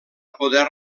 poder